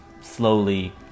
Slowly